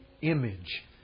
image